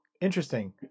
Interesting